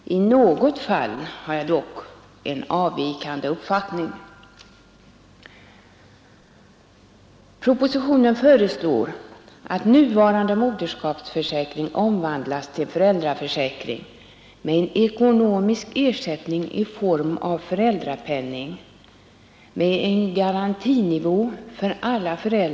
I något fall har jag dock en avvikande uppfattning.